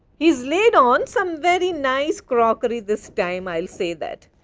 he is laid on some very nice crockery this time, i will say that.